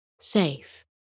safe